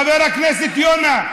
חבר הכנסת יונה,